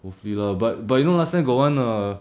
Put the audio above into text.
hopefully lah but but you know last time got one err